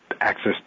access